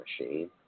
machine